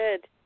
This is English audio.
Good